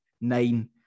nine